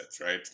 right